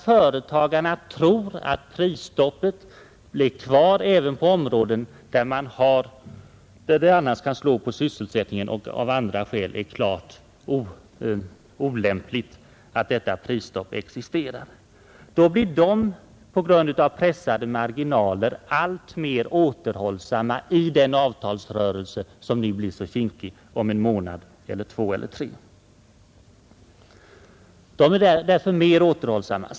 Företagarna tror att prisstoppet blir kvar även för varor där det kan påverka sysselsättningen eller där det av andra skäl är klart olämpligt att ett prisstopp existerar. Då blir de på grund av pressade marginaler alltmer återhållsamma i den avtalsrörelse, som blir så knivig om en månad eller två eller tre.